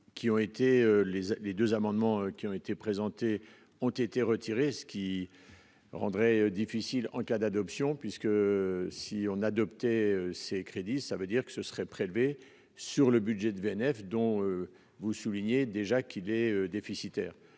les les 2 amendements qui ont été présentés ont été retirés, ce qui rendrait difficile en cas d'adoption, puisque si on adopté ces crédits, ça veut dire que ce serait prélevée sur le budget de VNF dont vous soulignez déjà qu'il est déficitaire.